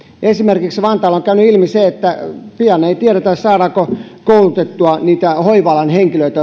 esimerkiksi vantaalla on käynyt ilmi se että pian ei tiedetä saadaanko koulutettua niitä hoiva alan henkilöitä